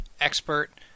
Expert